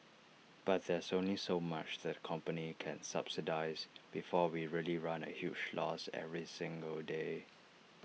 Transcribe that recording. but there's only so much that the company can subsidise before we really run A huge loss every single day